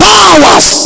Powers